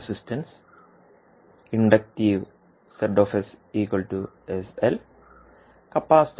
resistance inductive കപ്പാസിറ്ററിനായി